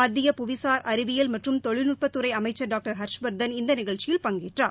மத்திய புவிசார் அறிவியல் மற்றும் தொழில்நுட்பத்துறை அமைச்சர் டாக்டர் ஹர்ஷ்வர்தன் இந்த நிகழ்ச்சியில் பங்கேற்றார்